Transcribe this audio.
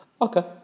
Okay